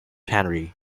henry